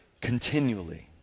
continually